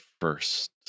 first